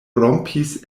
rompis